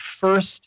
first